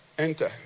enter